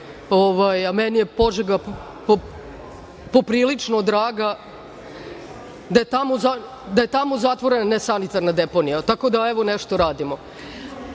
a meni je Požega poprilično draga, da je tamo zatvorena nesanitarna deponija. Tako da evo, nešto radimo. Da